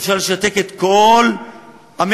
אפשר לשתק את כל המשק,